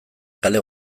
kale